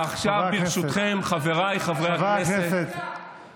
ועכשיו ברשותכם, חבריי חברי הכנסת, חברי הכנסת.